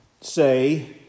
say